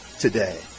Today